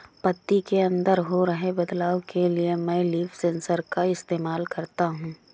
पत्ती के अंदर हो रहे बदलाव के लिए मैं लीफ सेंसर का इस्तेमाल करता हूँ